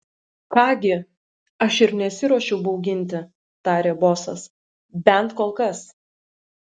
ką gi aš ir nesiruošiu bauginti tarė bosas bent kol kas